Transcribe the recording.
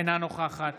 אינה נוכחת